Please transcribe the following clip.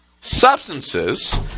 substances